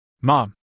mom